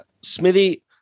Smithy